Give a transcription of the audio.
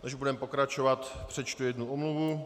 Než budeme pokračovat, přečtu jednu omluvu.